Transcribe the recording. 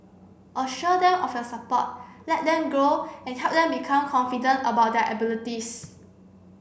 assure them of your support let them grow and help them become confident about their abilities